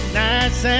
nice